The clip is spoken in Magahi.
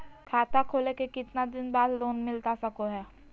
खाता खोले के कितना दिन बाद लोन मिलता सको है?